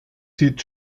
sieht